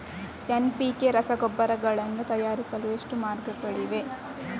NPK ರಸಗೊಬ್ಬರಗಳನ್ನು ತಯಾರಿಸಲು ಎಷ್ಟು ಮಾರ್ಗಗಳಿವೆ?